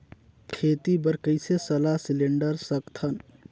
खेती बर कइसे सलाह सिलेंडर सकथन?